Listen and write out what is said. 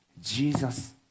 Jesus